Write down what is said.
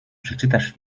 przeczytasz